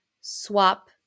swap